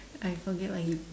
I forget what he